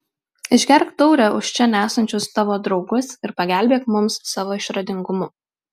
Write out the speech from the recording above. išgerk taurę už čia nesančius tavo draugus ir pagelbėk mums savo išradingumu